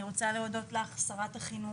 אני רוצה להודות לך שרת החינוך,